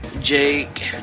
Jake